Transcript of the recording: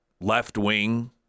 left-wing